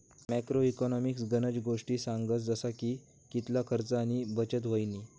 macro economics गनज गोष्टी सांगस जसा की कितला खर्च आणि बचत व्हयनी